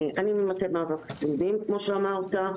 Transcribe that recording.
אני ממטה מערך הסיעודיים כמו שאמרת.